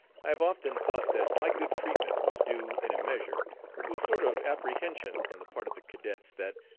i have often thought that my good treatment was due in a measure to a sort of apprehension on the part of the cadets that,